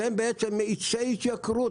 אתם בעצם מאיצי התייקרות.